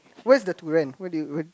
where is the to rent where do you